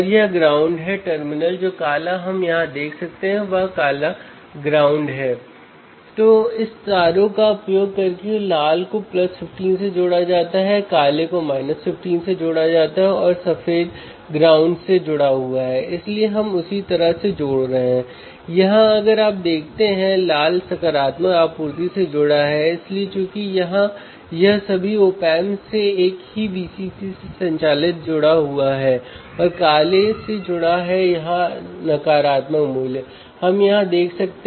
यहाँ लाभ यह है कि आप पोटेंशियोमीटर को बदलते हुए लाभ को बदल सकते हैं